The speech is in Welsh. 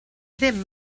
ddim